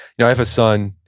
yeah i have a son,